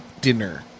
dinner